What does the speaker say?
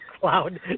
cloud